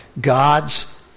God's